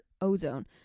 ozone